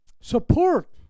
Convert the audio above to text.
support